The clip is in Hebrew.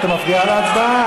את מפריעה להצבעה.